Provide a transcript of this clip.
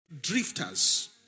drifters